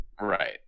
Right